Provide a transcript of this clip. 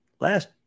last